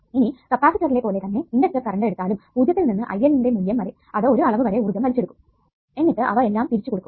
ഇനി കപ്പാസിറ്ററിലെ പോലെ തന്നെ ഇണ്ടക്ടർ കറണ്ട് എടുത്താലും 0 ത്തിൽ നിന്ന് IL മൂല്യം വരെ അത് ഒരു അളവ് വരെ ഊർജ്ജം വലിച്ചെടുക്കും എന്നിട്ട് അവ എല്ലാം തിരിച്ചു കൊടുക്കും